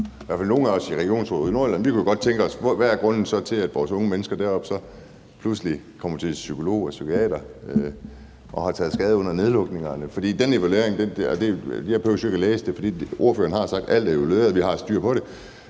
og nogle af os i regionsrådet kunne godt tænke os at vide, hvad grunden så er til, at vores unge mennesker deroppe pludselig kommer til psykolog og psykiater og har taget skade under nedlukningerne. Jeg behøver jo ikke at læse evalueringen, for ordføreren har sagt, at alt er evalueret, og at vi har styr på det.